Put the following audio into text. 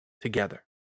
together